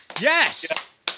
Yes